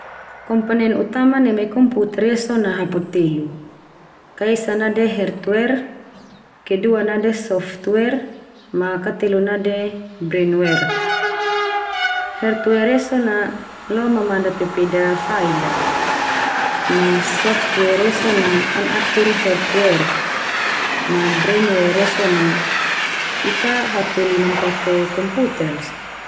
Komponen utama neme komputer ia so na hapu telu. Ka esa nade herdwer, ke dua nade softwer, ma ka telu nade brendwer. Herdwer ia so na lo mamana pepeda file al ma softwer ia so na an atur herdwer. Ma brenwer ia so na, ita hatoli man pake komputer al so.